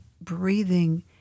breathing